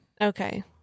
Okay